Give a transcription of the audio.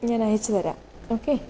ഞാൻ അയച്ചുതരാം ഓക്കേ